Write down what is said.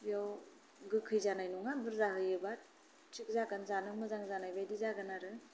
बेयाव गोखै जानाय नङा बुरजा होबा थिग जागोन जानो मोजां जानाय बायदि जागोन आरो